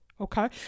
okay